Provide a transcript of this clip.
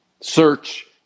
search